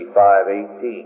5.18